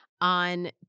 on